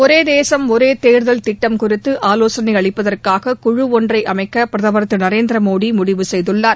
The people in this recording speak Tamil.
ஒரே தேசம் ஒரே தேர்தல் திட்டம் குறித்து ஆலோசனை அளிப்பதற்காக குழு ஒன்றை அமைக்க பிரதமர் திரு நரேந்திர மோடி முடிவு செய்துள்ளார்